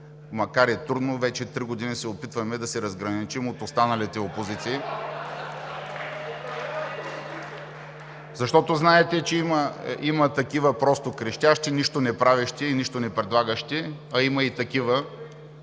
макар и трудно, вече три години се опитваме да се разграничим от останалите опозиции. (Шум и реплики.) Защото знаете, че има такива просто крещящи, нищо неправещи и нищо непредлагащи, а има и такива,